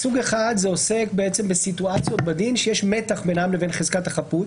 סוג אחד עוסק בסיטואציות בדין שיש מתח בינן לבין חזקת החפות,